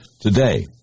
today